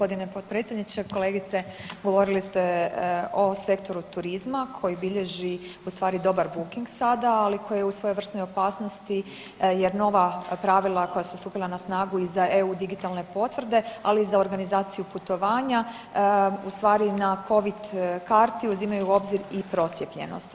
Hvala lijepo g. potpredsjedniče, kolegice, govorili ste o sektoru turizma koji bilježi ustvari dobar booking sada, ali koji je u svojevrsnoj opasnosti jer nova pravila koja su stupila na snagu i za EU digitalne potvrde, ali i za organizaciju putovanja, ustvari na Covid karti uzimaju u obzir i procijepljenost.